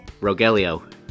Rogelio